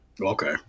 Okay